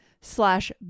slash